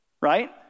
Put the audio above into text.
right